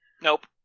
Nope